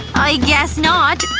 i guess not.